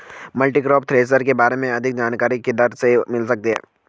Multicrop thresher के बारे में अधिक जानकारी किधर से मिल सकती है?